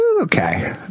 okay